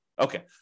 Okay